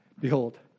Behold